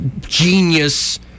genius